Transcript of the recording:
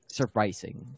surprising